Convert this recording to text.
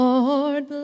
Lord